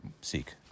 seek